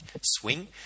swing